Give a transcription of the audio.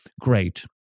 great